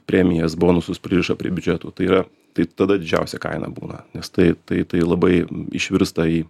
premijas bonusus pririša prie biudžetų tai yra tai tada didžiausia kaina būna nes tai tai tai labai išvirsta į